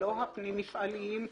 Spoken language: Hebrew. לא הפנים מפעליים,